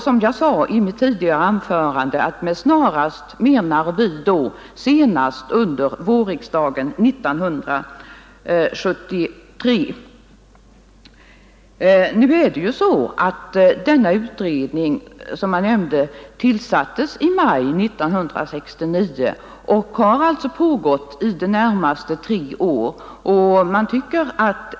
Som jag sade i mitt tidigare anförande menar vi med ”snarast” senast under vårriksdagen 1973. Denna utredning tillsattes ju i maj 1969 och har alltså arbetat i det närmaste tre år.